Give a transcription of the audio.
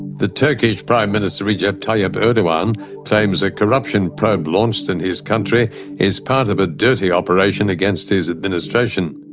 the turkish prime minister recep yeah tayyip erdogan claims a corruption probe launched in his country is part of a dirty operation against his administration.